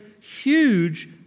huge